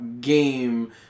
game